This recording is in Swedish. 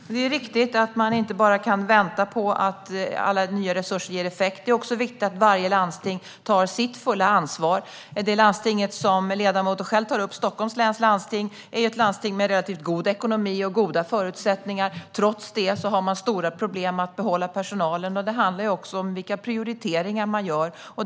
Herr talman! Det är riktigt att man inte bara kan vänta på att alla nya resurser ger effekt. Det är också viktigt att varje landsting tar sitt fulla ansvar. Det landsting som ledamoten själv tar upp, Stockholms läns landsting, är ju ett landsting med relativt god ekonomi och goda förutsättningar. Trots det har man stora problem att behålla personalen. Det handlar om vilka prioriteringar man gör.